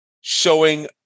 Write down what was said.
showing